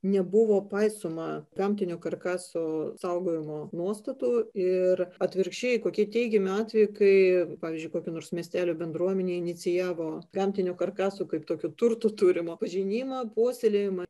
nebuvo paisoma gamtinio karkaso saugojimo nuostatų ir atvirkščiai kokie teigiami atvejai kai pavyzdžiui kokio nors miestelio bendruomenė inicijavo gamtinio karkaso kaip tokių turtų turimo pažinimą puoselėjimą